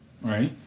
Right